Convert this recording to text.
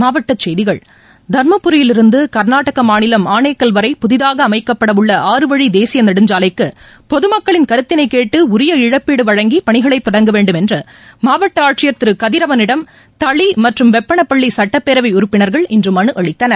மாவட்டசெய்திகள் தர்மபுரியில் இருந்துகர்நாடகமாநிலம் ஆனேக்கல் வரை புதிதாகஅமைக்கப்படஉள்ள வழிதேசியநெடுஞ்சாலைக்குபொதுமக்களின் ஆற இழப்பீடுவழங்கிபணிகளைதொடங்க வேண்டும் என்றுமாவட்டஆட்சியர் திருகதிரவளிடம் தளிமற்றும் வெப்பணப்பள்ளிசட்டப்பேரவைஉறுப்பினர்கள் இன்றுமலுஅளித்தனர்